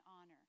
honor